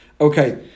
Okay